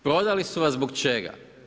Prodali su vas zbog čega?